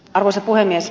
arvoisa puhemies